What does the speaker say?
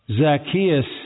Zacchaeus